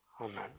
Amen